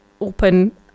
open